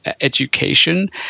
education